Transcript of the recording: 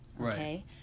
okay